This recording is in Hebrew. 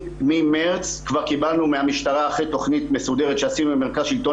ממרץ כבר קיבלנו מהמשטרה אחרי תוכנית מסודרת שעשינו עם מרכז שלטון